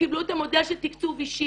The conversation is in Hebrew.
שקיבלו את המודל של תקצוב אישי.